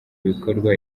bikorwa